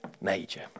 major